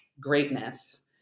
greatness